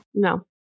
no